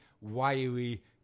wiry